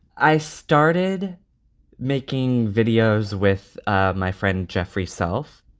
i started making videos with ah my friend jeffrey self.